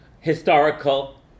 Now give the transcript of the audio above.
historical